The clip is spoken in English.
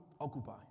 occupy